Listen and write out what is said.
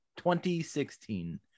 2016